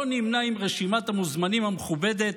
לא נמנה עם רשימת המוזמנים המכובדת,